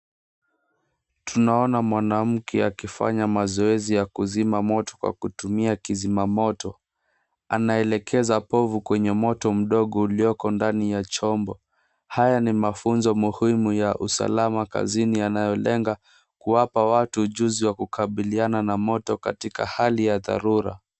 Tunaona mwanamke akifanya mazoezi ya kuzima moto kwa kutumia kizima moto. Anaelekeza povu kwenye moto mdogo ulioko ndani ya chombo. Haya ni mafunzo muhimu ya usalama kazini yanayolenga kuwapa watu ujuzi wa kukabiliana na moto katika hali ya dharura.